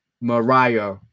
Mariah